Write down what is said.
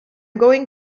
going